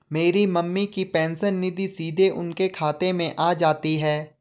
मेरी मम्मी की पेंशन निधि सीधे उनके खाते में आ जाती है